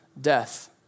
death